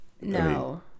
No